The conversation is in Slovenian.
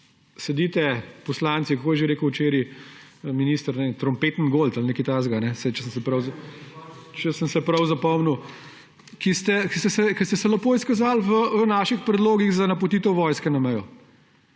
sedite poslanci – kako je že rekel včeraj minister, trompetengold ali nekaj takega, če sem si prav zapomnil –, ki ste se lepo izkazali v naših predlogih za napotitev vojske na mejo,